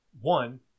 One